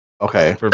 okay